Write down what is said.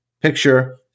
picture